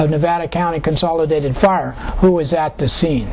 of nevada county consolidated far who is at the scene